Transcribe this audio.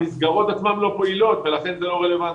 המסגרות עצמן לא פעילות ולכן זה לא רלוונטי.